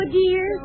dear